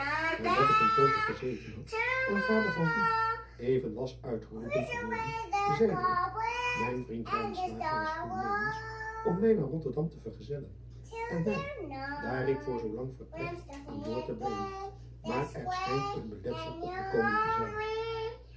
adat ik een poosje gezeten had en vader even was uitgeroepen geworden zeide ik mijn vriend was voornemens om mij naar otterdam te vergezellen en mij daar ik voor zoolang vertrek aan boord te brengen maar er schijnt een beletsel opgekomen te zijn